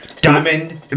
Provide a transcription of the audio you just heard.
Diamond